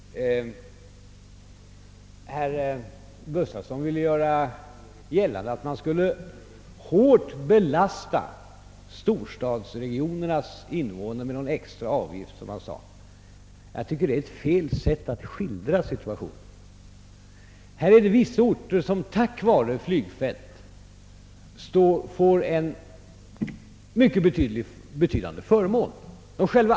Herr Gustafson i Göteborg ville göra gällande att man hårt skulle belasta storstadsregionernas invånare med en extra avgift. Jag anser att det är ett felaktigt sätt att skildra situationen. Det är vissa orter som tack vare flygfält får en mycket betydande förmån.